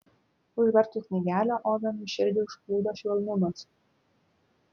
užvertus knygelę ovenui širdį užplūdo švelnumas